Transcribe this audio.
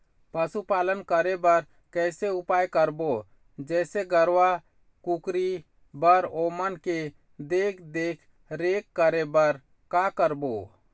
पशुपालन करें बर कैसे उपाय करबो, जैसे गरवा, कुकरी बर ओमन के देख देख रेख करें बर का करबो?